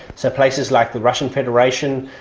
so places like the russian federation,